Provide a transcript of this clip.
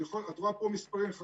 את רואה פה מספרים.